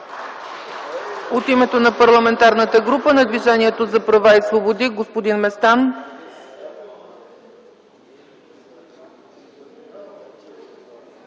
От името на Парламентарната група на Движението за права и свободи – господин Местан.